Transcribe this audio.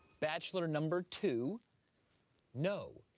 bachelor number two no.